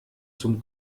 zum